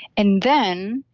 and then,